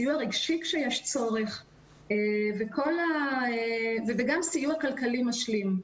סיוע רגשי כשיש צורך וגם סיוע כלכלי משלים.